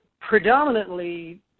predominantly